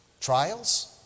Trials